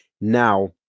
now